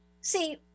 See